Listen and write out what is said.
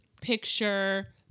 picture